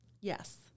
Yes